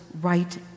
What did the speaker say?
right